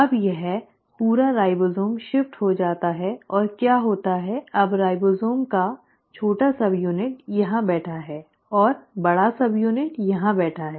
अब यह पूरा राइबोसोम शिफ्ट हो जाता है और क्या होता है अब राइबोसोम का छोटा सबयूनिट यहाँ बैठा है और बड़ा सबयूनिट यहाँ बैठा है